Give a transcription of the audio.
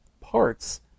parts